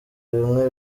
bimwe